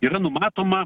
yra numatoma